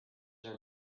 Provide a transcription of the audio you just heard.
are